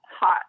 hot